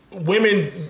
Women